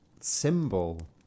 symbol